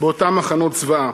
באותם מחנות זוועה.